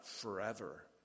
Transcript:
forever